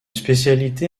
spécialité